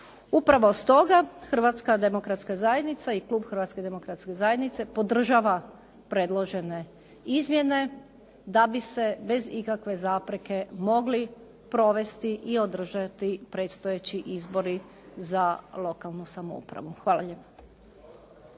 Upravo stoga, Hrvatska demokratska zajednica i klub Hrvatske demokratske zajednice podržava predložene izmjene da bi se bez ikakve zapreke mogli provesti i održati predstojeći izbori za lokalnu samoupravu. Hvala lijepo.